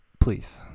Please